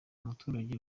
muturage